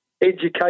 education